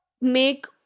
make